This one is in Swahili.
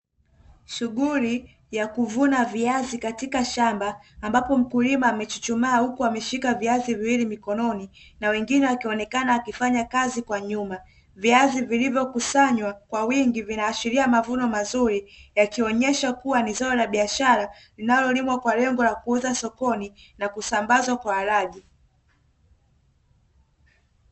Shughuli ya kuvuna viazi katika shamba, ambapo mkulima amechuchumaa huku ameshika viazi viwili mkononi, na mwingine akionekana akifanya kazi kwa nyuma. Viazi vilivyokusanywa kwa wingi vinaashiria mavuno mazuri, yakionyesha kuwa ni zao la biashara linalolimwa kwa lengo la kuuza sokoni na kusambazwa kwa walaji.